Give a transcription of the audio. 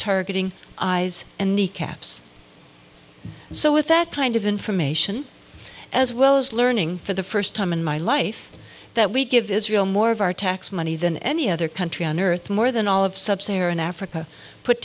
targeting eyes and kneecaps so with that kind of information as well as learning for the first time in my life that we give israel more of our tax money than any other country on earth more than all of sub saharan africa put